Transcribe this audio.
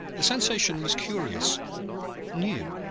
the sensation was curious new,